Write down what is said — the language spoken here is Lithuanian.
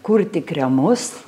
kurti kremus